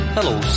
Hello